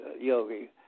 Yogi